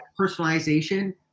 personalization